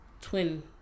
twin